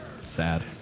Sad